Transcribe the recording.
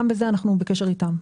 גם בזה אנחנו בקשר איתם.